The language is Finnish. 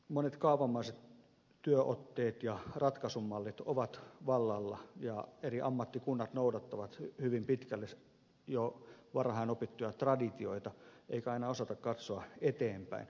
monet kaavamaiset työotteet ja ratkaisumallit ovat vallalla ja eri ammattikunnat noudattavat hyvin pitkälle jo varhain opittuja traditioita eikä aina osata katsoa eteenpäin